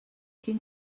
quin